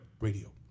radio